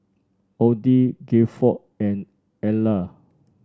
Odie Gilford and Ellar